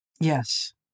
Yes